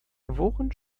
worin